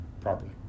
properly